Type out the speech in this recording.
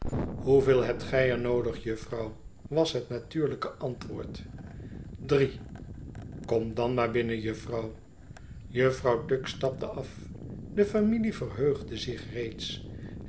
hoeveel hebt gij er noodig jufvrouw was het natuurlijke antwoord brie kom dan maar binnen jufvrouw jufvrouw tuggs stapte af de familie verheugde zich reeds